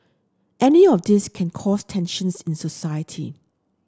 any of these can cause tensions in society